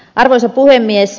arvoisa puhemies